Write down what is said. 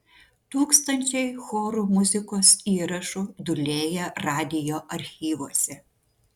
tūkstančiai chorų muzikos įrašų dūlėja radijo archyvuose